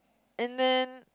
and then